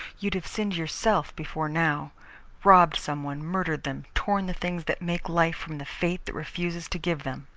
you'd have sinned yourself before now robbed some one, murdered them, torn the things that make life from the fate that refuses to give them.